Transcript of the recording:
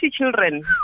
children